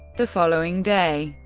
the following day,